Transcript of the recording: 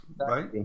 right